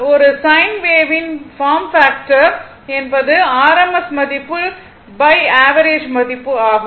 ஒரு சைன் வேவின் form factor என்பது rms மதிப்பு ஆவரேஜ் மதிப்பு ஆகும்